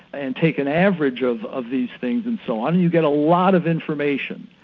and take an average of of these things and so on, you get a lot of information.